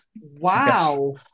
Wow